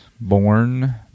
Born